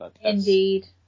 Indeed